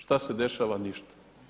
Što se dešava, ništa.